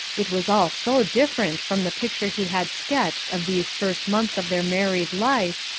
it was all so different from the picture he had sketched of these first months of their married life,